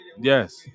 Yes